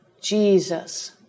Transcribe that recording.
Jesus